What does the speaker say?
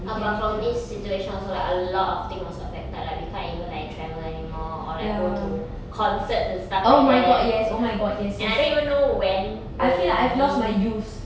ah but from this situation also like a lot of thing was affected like we can't even like travel anymore or like go to concerts and stuff like that and I don't even know when will we